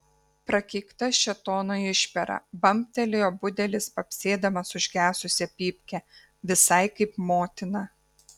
prakeikta šėtono išpera bambtelėjo budelis papsėdamas užgesusią pypkę visai kaip motina